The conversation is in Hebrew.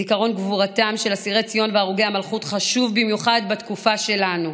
זיכרון גבורתם של אסירי ציון והרוגי המלכות חשוב במיוחד בתקופה שלנו.